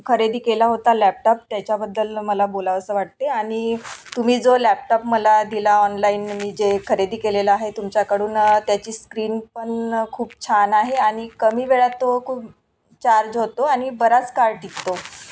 खरेदी केला होता लॅपटॉप त्याच्याबद्दल मला बोलावंसं वाटते आणि तुम्ही जो लॅपटॉप मला दिला ऑनलाईन मी जे खरेदी केलेलं आहे तुमच्याकडून त्याची स्क्रीन पण खूप छान आहे आणि कमी वेळात तो खूप चार्ज होतो आणि बराच काळ टिकतो